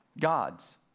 gods